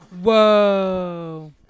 Whoa